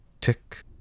tick